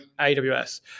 AWS